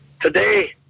Today